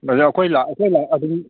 ꯑꯗ ꯑꯩꯈꯣꯏ ꯂꯥꯛ ꯑꯩꯈꯣꯏ ꯂꯥꯛ ꯑꯗꯨꯝ